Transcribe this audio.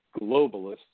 globalists